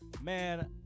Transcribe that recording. man